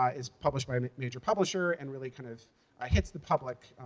ah is published by a major publisher, and really kind of hits the public.